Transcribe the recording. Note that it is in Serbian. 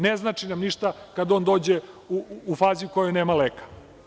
Ne znači nam ništa kada on dođe u fazi kada nema leka.